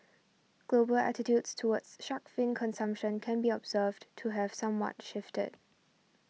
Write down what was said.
global attitudes towards shark fin consumption can be observed to have somewhat shifted